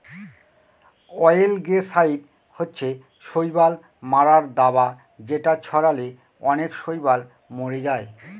অয়েলগেসাইড হচ্ছে শৈবাল মারার দাবা যেটা ছড়ালে অনেক শৈবাল মরে যায়